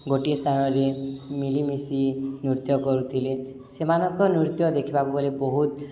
ଗୋଟିଏ ସ୍ଥାନରେ ମିଲିମିଶି ନୃତ୍ୟ କରୁଥିଲେ ସେମାନଙ୍କ ନୃତ୍ୟ ଦେଖିବାକୁ ଗଲେ ବହୁତ